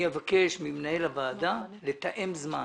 אני אבקש ממנהל הוועדה לתאם זמן